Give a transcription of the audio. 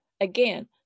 Again